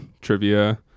trivia